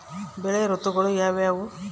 ಬೆಳೆ ಋತುಗಳು ಯಾವ್ಯಾವು?